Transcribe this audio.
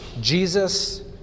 Jesus